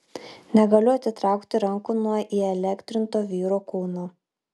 negaliu atitraukti rankų nuo įelektrinto vyro kūno